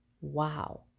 Wow